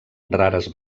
rares